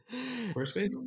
Squarespace